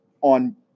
on